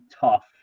tough